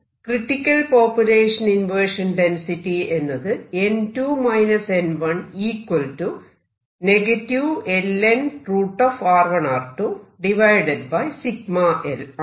critical population inversion density എന്നത് ആണ്